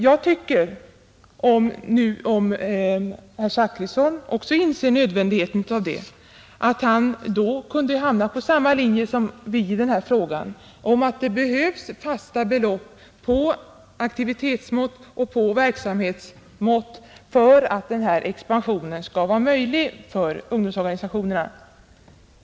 Om herr Zachrisson också inser nödvändigheten av det, tycker jag att han kunde ställa sig på samma linje som vi i denna fråga, nämligen att det behövs fasta belopp efter aktivitetsmått och efter verksamhetsmått för att den önskade expansionen i ungdomsorganisationerna skall vara möjlig.